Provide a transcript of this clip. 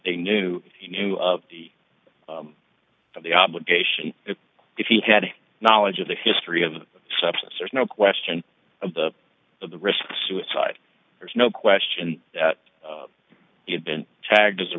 they knew he knew of the of the obligation if he had knowledge of the history of substance there's no question of the of the risk of suicide there's no question that he had been tagged as a